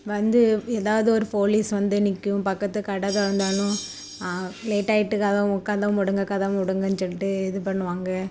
வந்து எதாவது ஒரு போலீஸ் வந்து நிற்கும் பக்கத்து கடை திறந்தாலும் லேட் ஆகிட்டு கதவு கதவு மூடுங்க கதவு மூடுங்கன்னு சொல்லிட்டு இது பண்ணுவாங்க